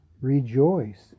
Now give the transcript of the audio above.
rejoice